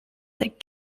that